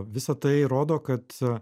visa tai rodo kad